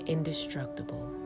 indestructible